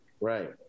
Right